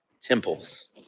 temples